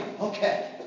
Okay